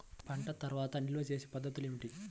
పంట తర్వాత నిల్వ చేసే పద్ధతులు ఏమిటి?